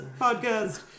podcast